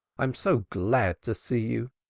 i'm so glad to see you.